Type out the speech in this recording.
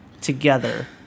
together